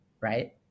right